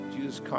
Jesus